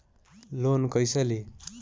Loan कईसे ली?